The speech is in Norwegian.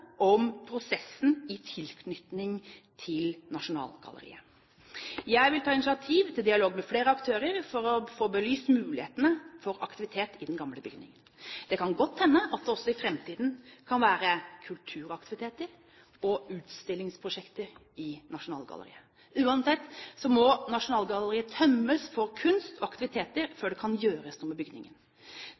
om prosessen i tilknytning til Nasjonalgalleriet. Jeg vil ta initiativ til dialog med flere aktører for å få belyst mulighetene for aktivitet i den gamle bygningen. Det kan godt hende at det også i framtiden kan være kulturaktiviteter og utstillingsprosjekter i Nasjonalgalleriet. Uansett må Nasjonalgalleriet tømmes for kunst og aktiviteter før det kan gjøres noe med bygningen.